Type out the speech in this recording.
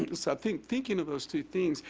and so i think thinking of those two things,